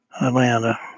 Atlanta